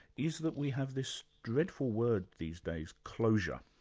is that we have this dreadful word these days, closure.